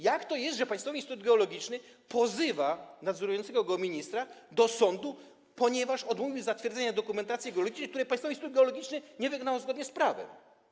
Jak to jest, że Państwowy Instytut Geologiczny pozywa nadzorującego go ministra do sądu, ponieważ odmówił zatwierdzenia dokumentacji geologicznej, w przypadku której Państwowy Instytut Geologiczny nie wygrał zgodnie z prawem?